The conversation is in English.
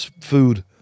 food